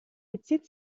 bezieht